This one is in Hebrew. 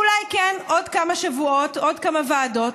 ואולי כן, עוד כמה שבועות, עוד כמה ועדות,